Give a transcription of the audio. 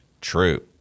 true